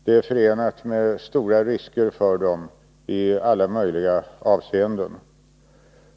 Det är förenat med stora risker för dem i alla möjliga avseenden.